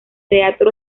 teatro